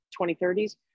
2030s